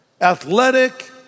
athletic